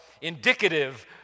indicative